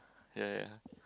ya ya